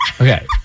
Okay